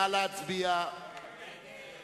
אילן גילאון וניצן